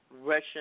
Russian